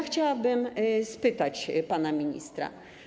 Chciałabym spytać pana ministra.